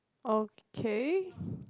okay